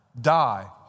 die